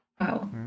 Wow